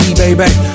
baby